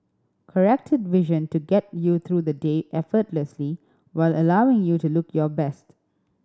corrected vision to get you through the day effortlessly while allowing you to look your best